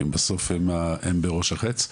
כי בסוף הם בראש החץ,